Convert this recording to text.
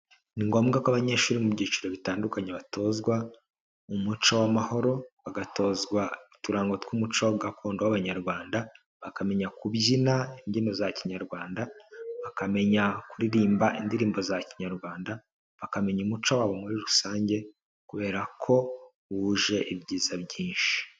Ni ngombwa ko abanyeshuri bo mu byiciro bitandukanye batozwa umuco w'amahoro, bagatozwa uturango tw'umuco gakondo w'Abanyarwanda, bakamenya kubyina imbyino za kinyarwanda, bakamenya kuririmba indirimbo za kinyarwanda, bakamenya umuco wabo muri rusange kubera ko wuje ibyiza byinshi.